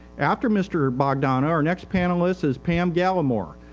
after mr. bogdanow, our next panelist is pam galemore.